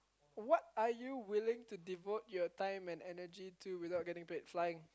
what are you willing to devote your time and energy to without getting paid flying